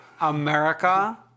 America